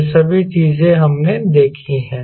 ये सभी चीजें हमने देखी हैं